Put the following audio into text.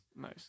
Nice